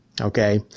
okay